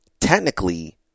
technically